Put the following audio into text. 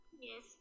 Yes